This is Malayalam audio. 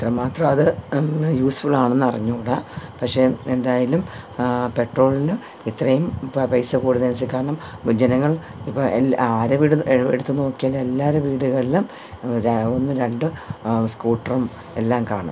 അത്രമാത്രം അത് യൂസ്ഫുളാണെന്ന് അറിഞ്ഞൂ കൂട പക്ഷെ എന്തായാലും പെട്രോളിന് ഇത്രയും പൈസ കൂടുന്ന അനുസരിച്ച് കാരണം ജനങ്ങൾ ഇപ്പം എല്ലാ ആരെ വീട് എടുത്ത് നോക്കിയാൽ എല്ലാര വീടുകളിലും ഒന്ന് രണ്ട് സ്കൂട്ടറും എല്ലാം കാണും